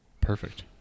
perfect